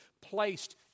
placed